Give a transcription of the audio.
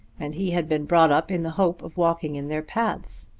and he had been brought up in the hope of walking in their paths.